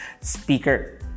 Speaker